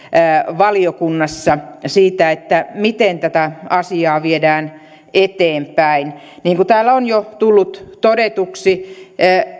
valiokunnassa siitä miten tätä asiaa viedään eteenpäin niin kuin täällä on jo tullut todetuksi